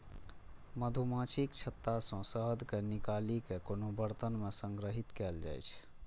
मछुमाछीक छत्ता सं शहद कें निकालि कें कोनो बरतन मे संग्रहीत कैल जाइ छै